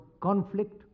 conflict